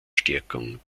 stärkung